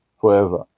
forever